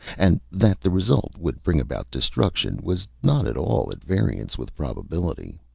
and that the result would bring about destruction was not at all at variance with probability.